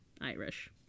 Irish